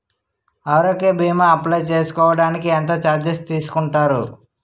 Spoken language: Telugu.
ఆరోగ్య భీమా అప్లయ్ చేసుకోడానికి ఎంత చార్జెస్ తీసుకుంటారు?